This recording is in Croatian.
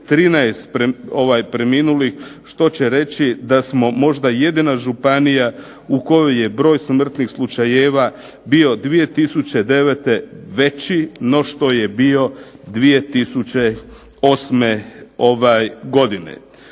13 preminulih, što će reći da smo možda jedina županija u kojoj je broj smrtnih slučajeva bio 2009. veći no što je bio 2008. godine.